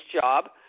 job